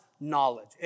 knowledge